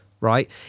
right